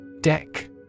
Deck